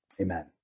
amen